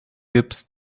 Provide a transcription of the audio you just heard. gips